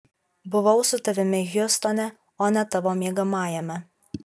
buvau su tavimi hjustone o ne tavo miegamajame